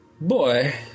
Boy